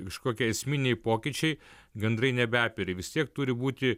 kažkokie esminiai pokyčiai gandrai nebeperi vis tiek turi būti